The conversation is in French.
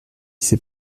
s’est